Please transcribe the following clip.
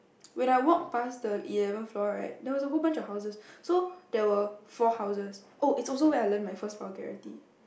when I walked passed the eleven floor right there was a whole bunch of houses so there were four houses oh it's also where I learnt my first vulgarity